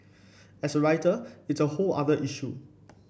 as a writer it's a whole other issue